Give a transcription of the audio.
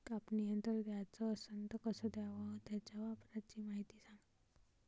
कापनी यंत्र घ्याचं असन त कस घ्याव? त्याच्या वापराची मायती सांगा